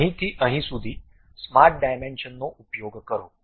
અહીંથી અહીં સુધી સ્માર્ટ ડાયમેન્શનનો ઉપયોગ કરો